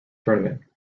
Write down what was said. tournament